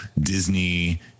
Disney